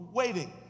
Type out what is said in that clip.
waiting